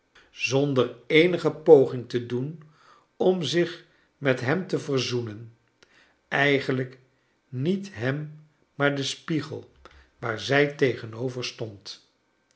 zonder eenige poging te doen om zich met hem te verzoenen eigenlijk niet hem maar den spiegel waar zij tegenover stond